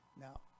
Now